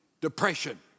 depression